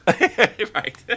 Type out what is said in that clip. Right